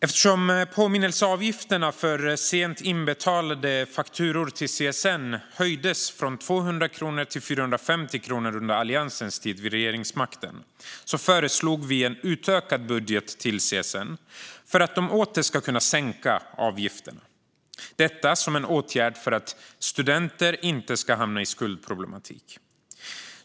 Eftersom påminnelseavgifterna för sent inbetalade fakturor till CSN höjdes från 200 kronor till 450 kronor under Alliansens tid vid regeringsmakten föreslog vi en utökad budget till CSN för att de åter ska kunna sänka avgiften - detta som en åtgärd för att studenter inte ska hamna i skuldproblematik.